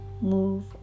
Move